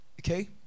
okay